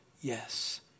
yes